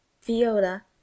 viola